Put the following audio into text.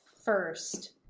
first